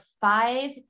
Five